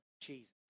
Jesus